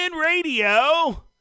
Radio